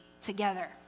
together